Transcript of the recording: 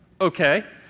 Okay